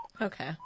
Okay